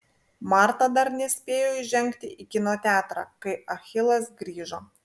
marta dar nespėjo įžengti į kino teatrą kai achilas grįžo